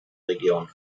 region